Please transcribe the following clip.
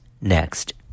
next